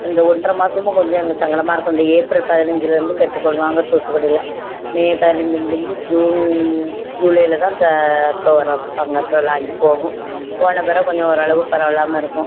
இந்த ஒன்றரை மாதமா கொஞ்சம் எங்கள் சங்கடமாக இருக்குது இந்த ஏப்ரல் பதினஞ்சில் இருந்து கேட்டு போடுவாங்க தூத்துகுடியில் மே பதினஞ்சு முடிஞ்சு ஜூன் ஜூலையில் தான் த திறப்பாங்க அப்புறம் லாஞ்சு போகும் போன பிறவு கொஞ்சம் ஓரளவு பரவாயில்லாம இருக்கும்